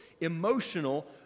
emotional